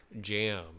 jam